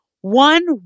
one